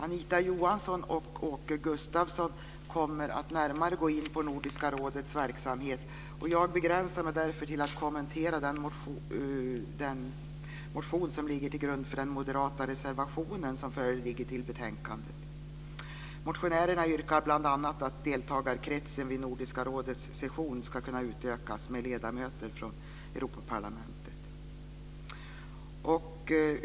Anita Johansson och Åke Gustavsson kommer att närmare gå in på Nordiska rådets verksamhet. Jag begränsar mig därför till att kommentera den motion som ligger till grund för den moderata reservationen som är fogad till betänkandet. Nordiska rådets session ska kunna utökas med ledamöter från Europaparlamentet.